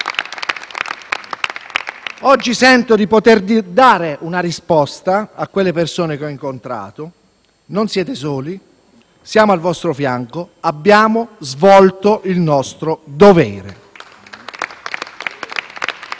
Oggi sento di poter dare una risposta a quelle persone che ho incontrato: non siete soli, siamo al vostro fianco, abbiamo svolto il nostro dovere.